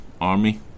army